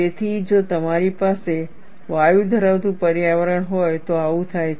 તેથી જો તમારી પાસે વાયુ ધરાવતું પર્યાવરણ હોય તો આવું થાય છે